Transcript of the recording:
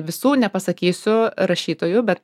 visų nepasakysiu rašytojų bet